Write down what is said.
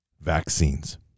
vaccines